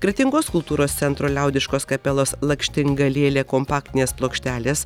kretingos kultūros centro liaudiškos kapelos lakštingalėlė kompaktinės plokštelės